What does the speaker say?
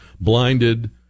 blinded